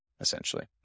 essentially